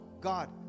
God